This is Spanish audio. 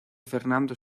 fernando